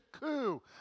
coup